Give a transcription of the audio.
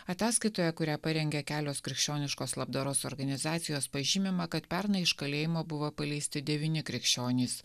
ataskaitoje kurią parengė kelios krikščioniškos labdaros organizacijos pažymima kad pernai iš kalėjimo buvo paleisti devyni krikščionys